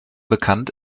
bekannt